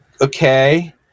okay